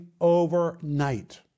overnight